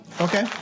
Okay